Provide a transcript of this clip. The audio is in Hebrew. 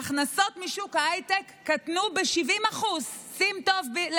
ההכנסות משוק ההייטק קטנו ב-70% שים לב טוב,